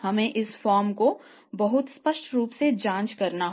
हमें इस फर्म की बहुत स्पष्ट रूप से जांच करनी होगी